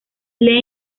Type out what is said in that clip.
lane